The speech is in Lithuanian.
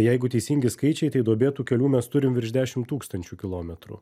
jeigu teisingi skaičiai tai duobėtų kelių mes turim virš dešim tūkstančių kilometrų